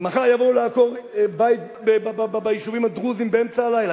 מחר יבואו לעקור בית ביישוב דרוזי באמצע הלילה.